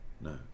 No